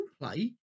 play